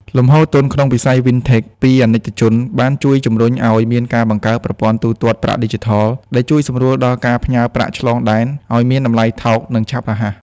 លំហូរទុនក្នុងវិស័យ FinTech ពីអាណិកជន បានជួយជំរុញឱ្យមានការបង្កើតប្រព័ន្ធទូទាត់ប្រាក់ឌីជីថល ដែលជួយសម្រួលដល់ការផ្ញើប្រាក់ឆ្លងដែនឱ្យមានតម្លៃថោក និងឆាប់រហ័ស។